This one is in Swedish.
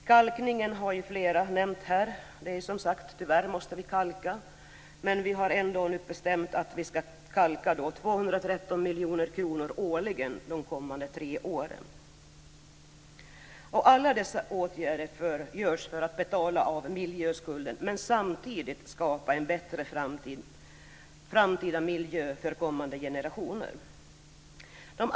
Kalkning har flera nämnt här. Tyvärr måste vi kalka. Men vi har ändå nu bestämt att vi ska kalka för 213 miljoner kronor årligen de kommande tre åren. Alla dessa åtgärder görs för att betala av miljöskulden men samtidigt skapa en bättre framtida miljö för kommande generationer.